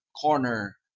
corner